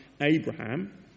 Abraham